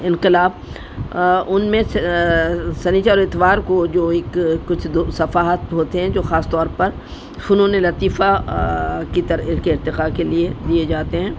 انقلاب ان میں سنیچر اور اتوار کو جو ایک کچھ صفحات ہوتے ہیں جو خاص طور پر فنون لطیفہ کے ارتقاء کے لیے دیے جاتے ہیں